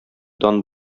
дан